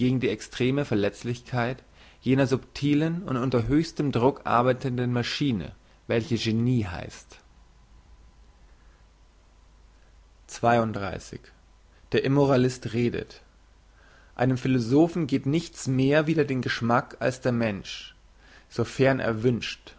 die extreme verletzlichkeit jener subtilen und unter höchstem druck arbeitenden maschine welche genie heisst der immoralist redet einem philosophen geht nichts mehr wider den geschmack als der mensch sofern